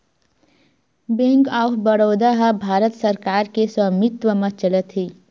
bank of Baroda ह भारत सरकार के स्वामित्व म चलत हे